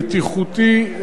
בטיחותי,